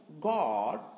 God